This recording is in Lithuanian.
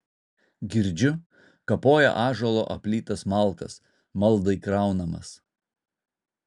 girdžiu kapoja ąžuolo aplytas malkas maldai kraunamas